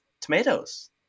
tomatoes